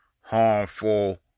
Harmful